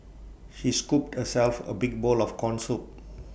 she scooped herself A big bowl of Corn Soup